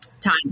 time